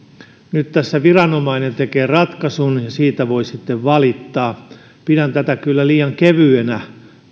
nyt tässä viranomainen tekee ratkaisun ja siitä voi sitten valittaa pidän tätä kyllä liian kevyenä